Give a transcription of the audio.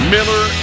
Miller